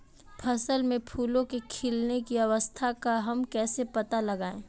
फसल में फूलों के खिलने की अवस्था का हम कैसे पता लगाएं?